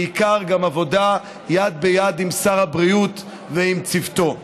בעיקר גם בעבודה יד ביד עם שר הבריאות ועם צוותו.